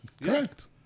Correct